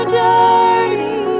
dirty